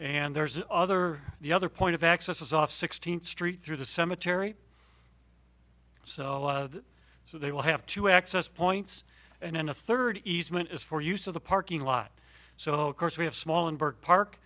and there's other the other point of access is off sixteenth street through the cemetary so so they will have to access points and a third easement is for use of the parking lot so of course we have small and park